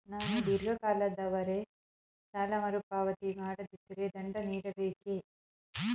ನಾನು ಧೀರ್ಘ ಕಾಲದವರೆ ಸಾಲ ಮರುಪಾವತಿ ಮಾಡದಿದ್ದರೆ ದಂಡ ನೀಡಬೇಕೇ?